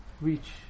reach